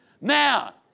Now